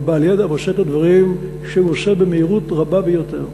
והוא בעל ידע ועושה את הדברים שהוא עושה במהירות רבה ביותר.